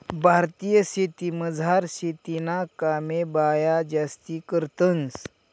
भारतीय शेतीमझार शेतीना कामे बाया जास्ती करतंस